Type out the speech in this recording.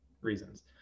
reasons